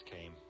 came